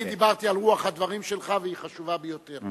אני דיברתי על רוח הדברים שלך, והיא חשובה ביותר.